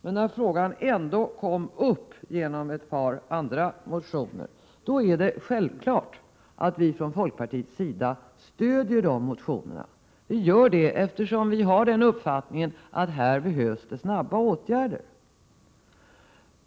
Men när frågan ändå kommit upp genom ett par andra motioner är det självklart att vi från folkpartiets sida stödjer dessa motioner. Vi gör det eftersom vi har den uppfattningen att det här behövs snabba åtgärder.